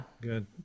Good